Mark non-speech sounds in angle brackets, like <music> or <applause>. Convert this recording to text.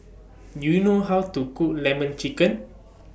<noise> Do YOU know How to Cook Lemon Chicken